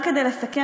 רק כדי לסכם,